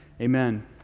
Amen